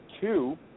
two